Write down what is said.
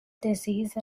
disease